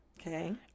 Okay